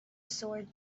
sword